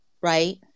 right